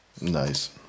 nice